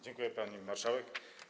Dziękuję, pani marszałek.